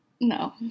No